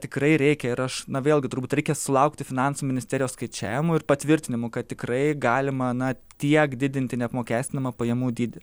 tikrai reikia ir aš na vėlgi turbūt reikia sulaukti finansų ministerijos skaičiavimų ir patvirtinimų kad tikrai galima na tiek didinti neapmokestinamą pajamų dydį